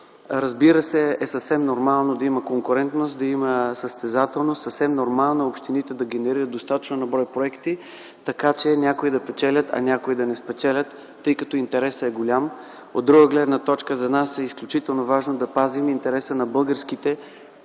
Разбира се, съвсем нормално е да има конкурентност, да има състезателност. Съвсем нормално е общините да генерират достатъчно на брой проекти, така че някои да печелят, а други не, тъй като интересът е голям. От друга гледна точка, за нас е изключително важно да пазим интереса на българските,